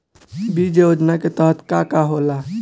बीज योजना के तहत का का होला?